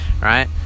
right